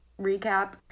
recap